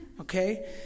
okay